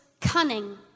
cunning